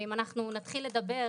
ואם אנחנו נתחיל לדבר,